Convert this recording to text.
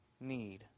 need